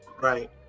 Right